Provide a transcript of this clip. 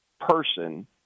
person –